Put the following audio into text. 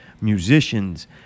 musicians